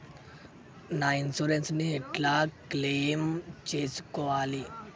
నా ఇన్సూరెన్స్ ని ఎట్ల క్లెయిమ్ చేస్కోవాలి?